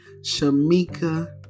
Shamika